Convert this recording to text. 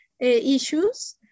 issues